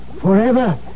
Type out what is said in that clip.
forever